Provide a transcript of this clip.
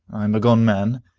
i am a gone man.